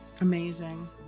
Amazing